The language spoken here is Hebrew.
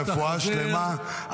רפואה שלמה,